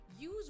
Use